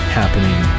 happening